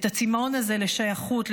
את הצימאון הזה לשייכות,